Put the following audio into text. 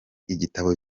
igitabo